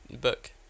book